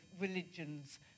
religions